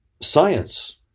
science